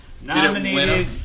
nominated